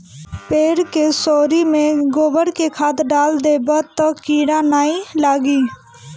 पेड़ के सोरी में गोबर के खाद डाल देबअ तअ कीरा नाइ लागी